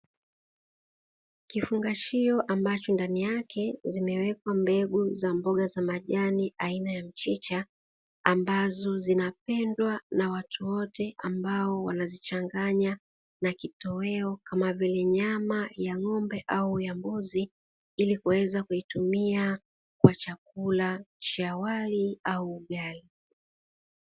Kifungashio ambacho ndani yake zimewekwa mbegu za mboga za majani aina ya mchicha, ambazo zinapendwa na watu wote ambao wanazichanganya na kitoweo, kama vile; nyama ya ng'ombe au ya mbuzi ili kuweza kuitumia kwa chakula cha wali au ugali.